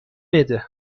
بده